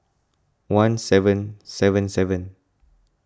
one seven seven seven